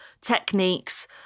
techniques